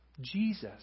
Jesus